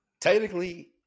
technically